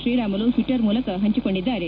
Shri Ramulu Twitter ಮೂಲಕ ಹಂಚಿಕೊಂಡಿದ್ದಾರೆ